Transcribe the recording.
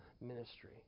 ministry